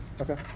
Okay